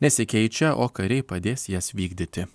nesikeičia o kariai padės jas vykdyti